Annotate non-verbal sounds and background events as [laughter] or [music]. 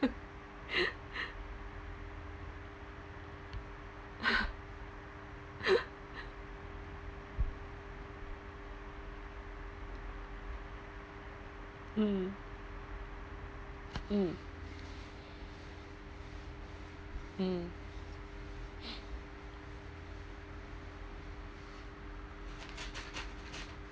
[laughs] mm mm mm [breath]